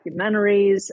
documentaries